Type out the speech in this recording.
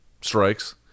strikes